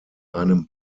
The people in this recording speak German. einem